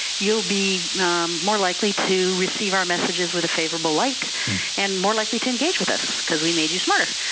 you'll be more likely to receive our messages with a favorable light and more likely to engage with us because we made you smart.